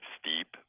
steep